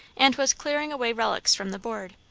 and was clearing away relics from the board.